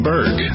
Berg